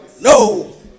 No